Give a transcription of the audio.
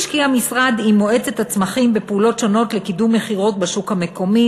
המשרד עם מועצת הצמחים השקיעו בפעולות שונות לקידום מכירות בשוק המקומי,